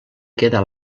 queda